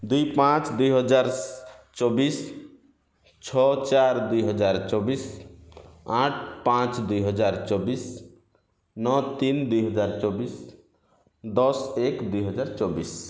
ଦୁଇ ପାଞ୍ଚ ଦୁଇହଜାର ଚବିଶ ଛଅ ଚାରି ଦୁଇହଜାର ଚବିଶ ଆଠ ପାଞ୍ଚ ଦୁଇହଜାର ଚବିଶ ନଅ ତିନି ଦୁଇହଜାର ଚବିଶ ଦଶ ଏକ ଦୁଇହଜାର ଚବିଶ